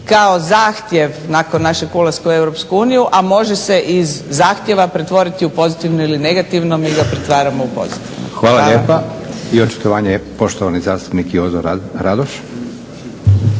kao zahtjev nakon našeg ulaska u EU a može se iz zahtjeva pretvoriti u pozitivno ili negativno. Mi ga pretvaramo u pozitivno. Hvala. **Leko, Josip (SDP)** Hvala lijepa. I očitovanje poštovani zastupnik Jozo Radoš.